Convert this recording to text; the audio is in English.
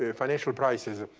ah financial crisis.